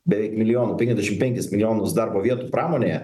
beveik milijonų penkiasdešim penkis milijonus darbo vietų pramonėje